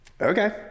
Okay